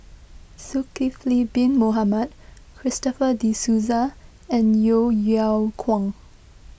Zulkifli Bin Mohamed Christopher De Souza and Yeo Yeow Kwang